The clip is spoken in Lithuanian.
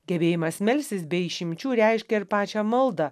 gebėjimas melstis be išimčių reiškia ir pačią maldą